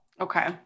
Okay